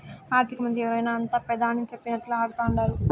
ఆర్థికమంత్రి ఎవరైనా అంతా పెదాని సెప్పినట్లా ఆడతండారు